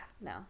no